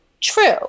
True